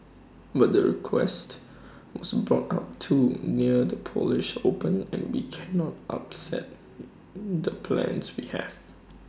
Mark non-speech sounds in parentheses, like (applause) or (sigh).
but the request was brought up too near the polish open and we cannot upset (noise) the plans we have